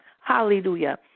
hallelujah